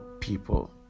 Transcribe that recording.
people